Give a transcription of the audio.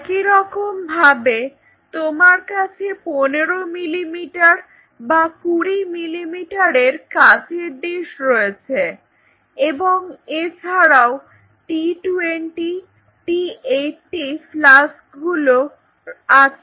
একই রকম ভাবে তোমার কাছে পনেরো মিলিমিটার বা কুড়ি মিলিমিটারের কাঁচের ডিস রয়েছে এবং এছাড়াও টি টুয়েন্টি টি এইট্টি ফ্লাস্কগুলো আছে